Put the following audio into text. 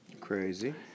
crazy